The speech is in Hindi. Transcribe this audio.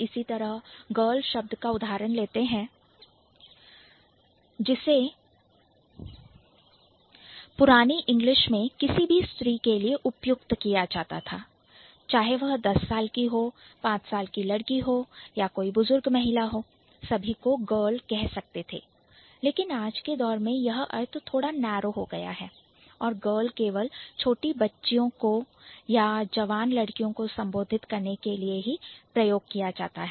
इसी तरह Girl शब्द का उदाहरण लेते हैं जिसे पुराने इंग्लिश में किसी भी स्त्री के लिए उपयुक्त किया जाता था चाहे वह 10 साल की हो 5 साल की लड़की हो या कोई बुजुर्ग महिला हो सभी को Girl कह सकते थे परंतु आज के दौर में यह अर्थ थोड़ा Narrow नारो संकुचित हो गया है और Girl केवल छोटी बच्चियों को या जवान लड़कियों को संबोधित करने के लिए ही प्रयोग करते हैं